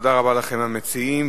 תודה רבה לכם המציעים.